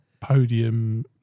podium